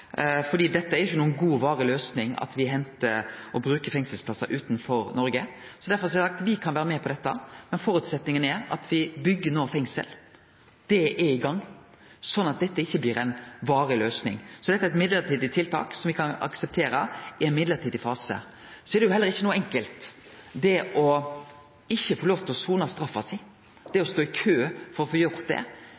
er ikkje noka god og varig løysing å bruke fengselsplassar utanfor Noreg. Derfor har me sagt at me kan vere med på dette, men føresetnaden er at me byggjer fengsel. Det er i gang, og da blir ikkje dette ei varig løysing. Dette er eit mellombels tiltak som me kan akseptere i ein mellombels fase. Så er det heller ikkje enkelt å ikkje få lov til å sone straffa si, å stå i kø for å få gjort det. Det er